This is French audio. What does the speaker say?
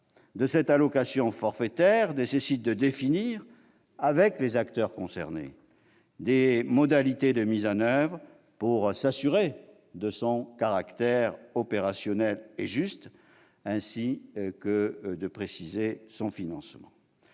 de cette allocation forfaitaire nécessite de définir avec les acteurs concernés des modalités de mise en oeuvre pour s'assurer de son caractère opérationnel et juste, ainsi que pour préciser son financement.